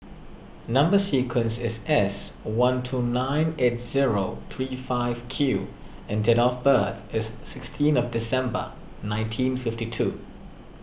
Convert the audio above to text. Number Sequence is S one two nine eight zero three five Q and date of birth is sixteen of December nineteen fifty two